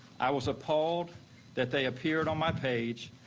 i was appalled that they appeared on my page.